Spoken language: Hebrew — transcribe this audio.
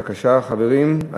בבקשה, חברים, הצבעה.